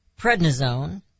prednisone